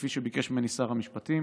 כפי שביקש ממני שר המשפטים.